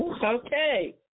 Okay